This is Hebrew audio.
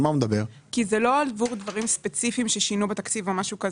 זה לא בעבור דברים ספציפיים ששינו בתקציב או משהו כזה.